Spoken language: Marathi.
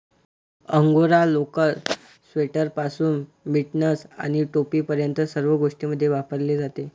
अंगोरा लोकर, स्वेटरपासून मिटन्स आणि टोपीपर्यंत सर्व गोष्टींमध्ये वापरली जाते